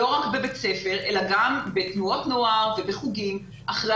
לא רק בבית הספר אלא גם בתנועות נוער ובחוגים אחרי